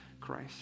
Christ